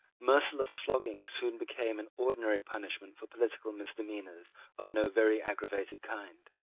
merciless flogging soon became an ordinary punishment for political misdemeanours of no very aggravated kind.